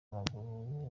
w’amaguru